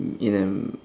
in a